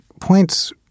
points